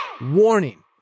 Warning